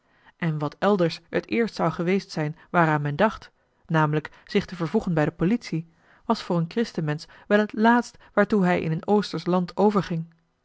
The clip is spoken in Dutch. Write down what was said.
en wat elders het eerst zou geweest zijn waaraan men dacht namelijk zich te vervoegen bij de politie was voor een christenmensch wel het laatst waartoe hij in een oostersch land